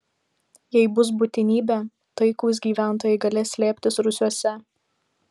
jei bus būtinybė taikūs gyventojai galės slėptis rūsiuose